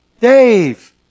Dave